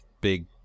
big